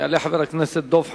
יעלה חבר הכנסת דב חנין,